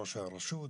ראש הרשות,